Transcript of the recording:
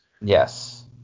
Yes